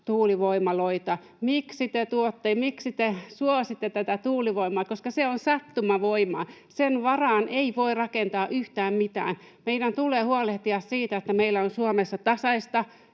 tuulivoimaloita. Miksi te tuotte, miksi te suositte tuulivoimaa, koska se on sattumavoimaa? Sen varaan ei voi rakentaa yhtään mitään. Meidän tulee huolehtia siitä, että meillä on Suomessa tasaista